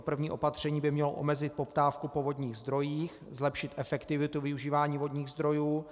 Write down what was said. První opatření by mělo omezit poptávku po vodních zdrojích, zlepšit efektivitu využívání vodních zdrojů.